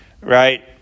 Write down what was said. right